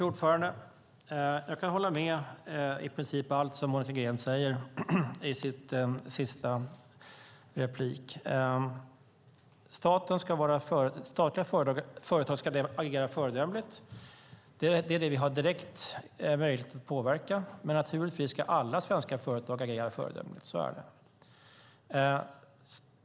Fru talman! Jag kan hålla med om i princip allt som Monica Green säger i sitt sista inlägg. Statliga företag ska agera föredömligt, och det är det som vi har en direkt möjlighet att påverka. Men naturligtvis ska alla svenska företag agera föredömligt. Så är det.